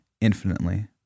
infinitely